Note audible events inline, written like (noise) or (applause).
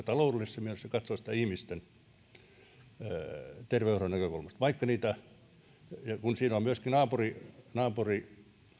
(unintelligible) taloudellisessa mielessä tai katsoo sitä ihmisten terveydenhuollon näkökulmasta kun siinä on myöskin naapurissa naapurissa